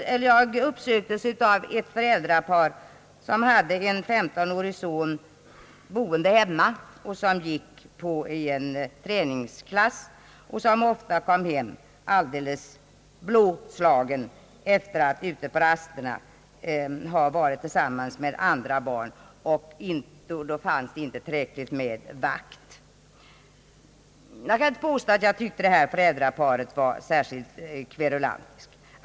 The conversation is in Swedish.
Jag uppsöktes av ett föräldrapar som hade en 15-årig son boende hemma vilken gick i en träningsklass. Han kom ofta hem alldeles blåslagen efter att på rasterna ha varit tillsammans med andra barn; vakthållningen var inte till fyllest. Jag kan inte påstå att jag tyckte att dessa föräldrar var särskilt kverulanta.